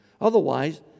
Otherwise